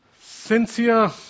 sincere